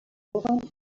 opened